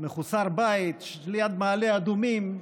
מחוסר בית ליד מעלה אדומים,